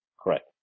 Correct